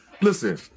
listen